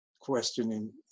questioning